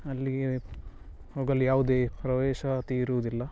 ಅಲ್ಲಿ ಹೋಗಲು ಯಾವುದೇ ಪ್ರವೇಶಾತಿ ಇರುವುದಿಲ್ಲ